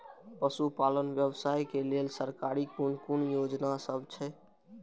पशु पालन व्यवसाय के लेल सरकारी कुन कुन योजना सब छै?